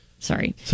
Sorry